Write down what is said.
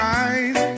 eyes